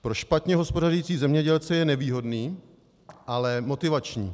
Pro špatně hospodařící zemědělce je nevýhodný, ale motivační.